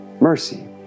mercy